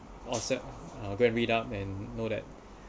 or so go and read up and know that